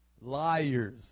Liars